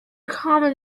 common